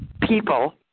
people